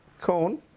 Corn